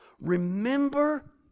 Remember